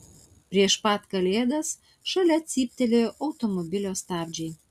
prieš pat kalėdas šalia cyptelėjo automobilio stabdžiai